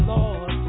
Lord